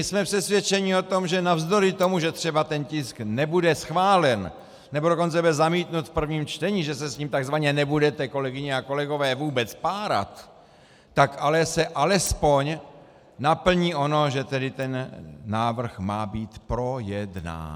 Jsme přesvědčeni o tom, že navzdory tomu, že třeba ten tisk nebude schválen, nebo dokonce bude zamítnut v prvním čtení, že se s ním takzvaně nebudete, kolegyně a kolegové, vůbec párat, tak ale se alespoň naplní ono, že tedy ten návrh má být projednán.